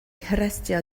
harestio